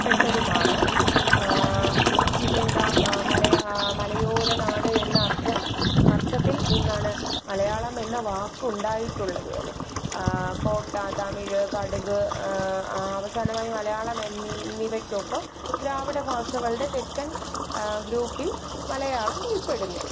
പെട്ടതുമാണ് പിന്നെന്താണ് മലയാള മലയോര നാട് എന്ന അർത്ഥം അർത്ഥത്തിൽ നിന്നാണ് മലയാളം എന്ന വാക്കുണ്ടായിട്ടുള്ളത് അല്ലേൽ കോട്ട തമിഴ് കടുക് അവസാനമായി മലയാളം എന്നിവയ്ക്കൊപ്പം ദ്രാവിഡ ഭാഷകളുടെ തെക്കൻ ഗ്രൂപ്പിൽ മലയാളം ഉൾപ്പെടുന്നു